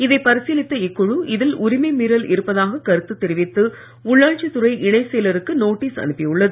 இதை பரிசீலித்த இக்குழு இதில் உரிமை மீறல் இருப்பதாக கருத்து தெரிவித்து உள்ளாட்சித்துறை இணை செயலருக்க நோட்டீஸ் அனுப்பியுள்ளது